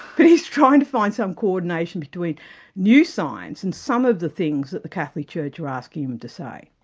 but he's trying to find some co-ordination between new science and some of the things that the catholic church are asking him to say.